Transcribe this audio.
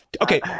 Okay